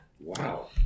Wow